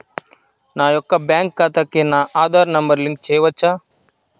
నా యొక్క బ్యాంక్ ఖాతాకి నా ఆధార్ నంబర్ లింక్ చేయవచ్చా?